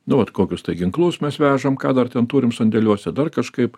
nu vat kokius tai ginklus mes vežam ką dar ten turim sandėliuose dar kažkaip